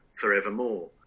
forevermore